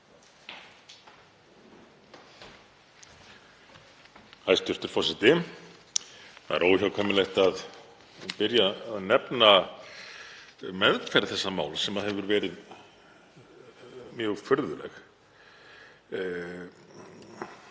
Hæstv. forseti. Það er óhjákvæmilegt að byrja á að nefna meðferð þessa máls sem hefur verið mjög furðuleg.